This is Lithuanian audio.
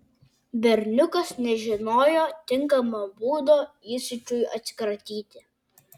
berniukas nežinojo tinkamo būdo įsiūčiui atsikratyti